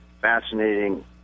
fascinating